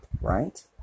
right